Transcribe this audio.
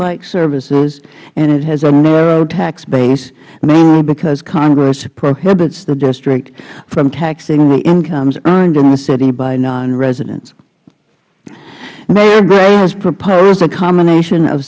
statelike services and it has a narrow tax base mainly because congress prohibits the district from taxing the incomes earned in the city by nonresidents mayor grayhas proposed a combination of